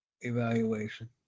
evaluation